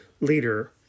leader